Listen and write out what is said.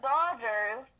Dodgers